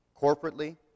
corporately